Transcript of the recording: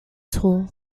tool